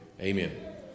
amen